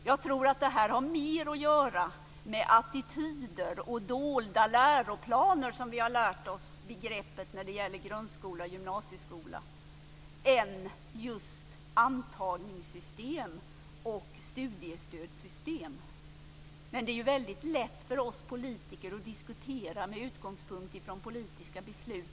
Jag tror att det här har att göra mer med attityder och dolda läroplaner - ett begrepp som vi lärt oss när det gäller grundskolan och gymnasieskolan - än med antagningssystem och studiestödssystem. Det är ju väldigt lätt för oss politiker att diskutera med utgångspunkt i politiska beslut.